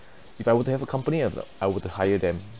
if I were to have a company of I would hire them